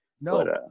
No